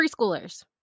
preschoolers